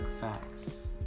facts